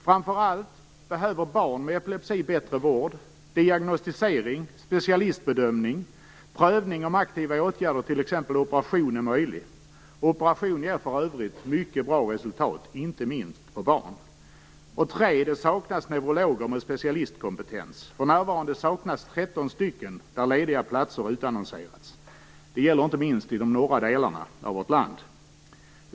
För det andra behöver framför allt barn med epilepsi bättre vård: diagnostisering, specialistbedömning och prövning om aktiva åtgärder, t.ex. operation, är möjliga. Operationer ger för övrigt mycket bra resultat inte minst på barn. För det tredje saknas det neurologer med specialistkompetens. För närvarande saknas 13 stycken. Lediga platser har utannonserats. Det gäller inte minst i de norra delarna av vårt land.